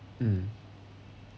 mm